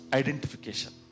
identification